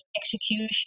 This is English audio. execution